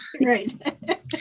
Right